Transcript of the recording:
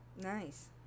Nice